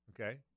okay